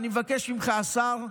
ואני מבקש ממך, השר,